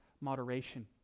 moderation